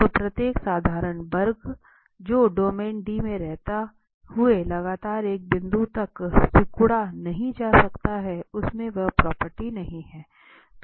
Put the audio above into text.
तो प्रत्येक साधारण बंद वक्र जो डोमेन D में रहते हुए लगातार एक बिंदु तक सिकुड़ा नहीं जा सकता है उसमें वह प्रॉपर्टी नहीं है